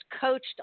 coached